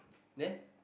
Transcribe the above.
there